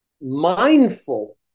mindful